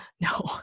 no